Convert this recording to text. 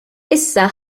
issa